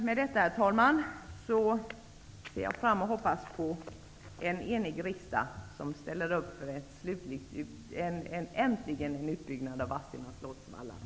Med detta, herr talman, ser jag fram emot och hoppas på att en enig riksdag äntligen ställer upp för en utbyggnad av Vadstena slotts vallar.